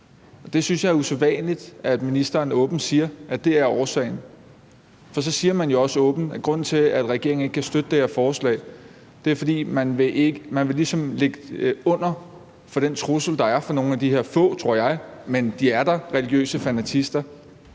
Jeg synes, det er usædvanligt, at ministeren åbent siger, at det er årsagen, for så siger man jo også åbent, at grunden til, at regeringen ikke kan støtte det her forslag, er, at man vil ligge under for den trussel, der er, fra nogle af de her religiøse fanatister,